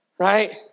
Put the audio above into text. right